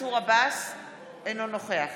אינו נוכח